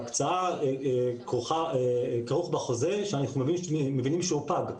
ההקצאה כרוכה בחוזה, שאנחנו מבינים שהוא פג.